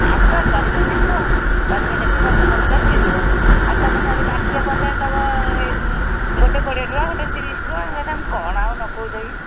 ଆସ ପରିବା ଦେଖ ପରିବା ଦେଖିକି ପସନ୍ଦ ଅନୁସାରରେ କିଣିବ ଆଉ ତୁମେ ଖାଲି ପାଟିରେ ପଚାରି ଦେବ ଏଇ ଗୋଟେ କୋଡ଼ିଏ ଟଙ୍କା ଗୋଟେ ତିରିଶି ଟଙ୍କା ଇଏ ତାହାଲେ କ'ଣ ଆଉ ନ କହୁଛ କି